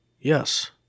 Yes